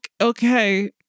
okay